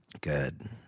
Good